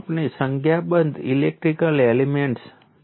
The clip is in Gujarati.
આપણે કેપેસિટર માટે આ પહેલેથી જ કર્યું છે